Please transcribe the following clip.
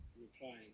replying